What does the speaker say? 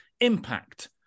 impact